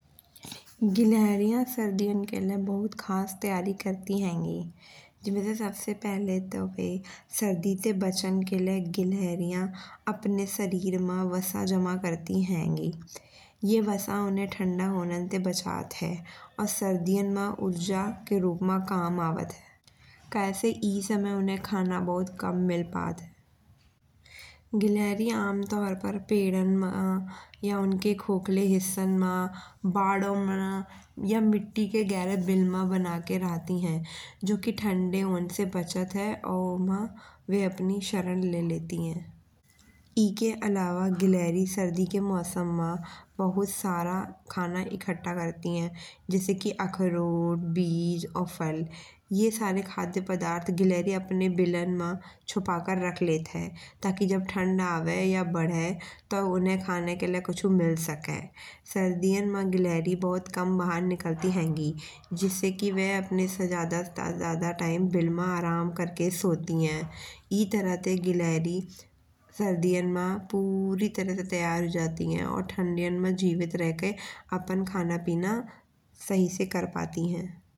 गिलहरियाँ सर्दियाँ के लाए बहुत खास तैयारी करती हेंगी। जिमे से सबसे पहिले तो बे सर्दी ते बचन के लाए गिलहरियाँ अपने शरीर मा वसा जमा करती हेंगी। ये वसा उन्हें ठंडा होनम ते बचत है। और सर्दियाँ मा ऊर्जा के रूप मा काम आवत है। कय से ए समय उन्हें खाना बहोत कम मिल पात है। गिलहरी अमतौर पर पेड़ान मा या उनके खोखले हिस्सन मा या मिट्टी के गहरे बिल मा बना के रहती है। जो की ठंडे होने ते बचत है। और उमा अपनी शरण ले लेती है। एके अलावा गिलहरी सर्दी के मोसम मा बहुत सारा खाना एकठ्ठा करती है। जैसे कि अखरोट, बीज और फल। ये सारे खाद्य पदार्थ गिलहरी अपने बिलान मा छुपा के रख लेत है। ताकि जब ठंड आवे या बढ़े तो खाने के लाए कुछहु मिल सके। सर्दियाँ मा गिलहरी भोत कम बाहर निकलती हेंगी। जिस्से कि बे अपने से ज़्यादा से ज़्यादा टाइम बिल मा आराम करके सोती है। ए तरह ते गिलहरी सर्दियाँ मा पूरी तरह ते तैयार हुई जाती है। ठंडियाँ मा जीवित राइके अपना खाना पीना सही से कर पाती हैं।